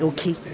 Okay